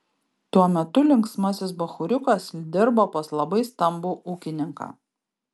tuo metu linksmasis bachūriukas dirbo pas labai stambų ūkininką